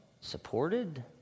supported